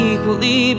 Equally